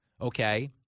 okay